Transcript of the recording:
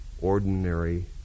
ordinary